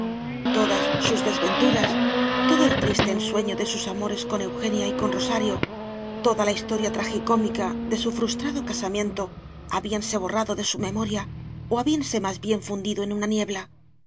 todas sus desventuras todo el triste ensueño de sus amores con eugenia y con rosario toda la historia tragicómica de su frustrado casamiento habíanse borrado de su memoria o habíanse más bien fundido en una niebla